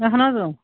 اَہن حظ